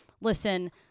listen